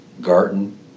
Garton